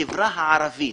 והחברה הערבית